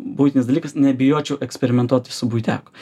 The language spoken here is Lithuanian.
buitinis dalykas nebijočiau eksperimentuoti su buiteku